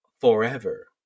forever